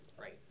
Right